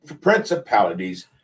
Principalities